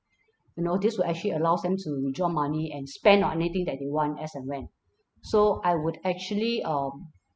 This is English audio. you know this will actually allows them to withdraw money and spend on anything that they want as and when so I would actually um